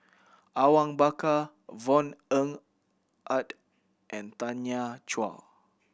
Awang Bakar Yvonne Ng Uhde and Tanya Chua